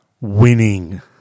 Winning